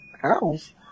house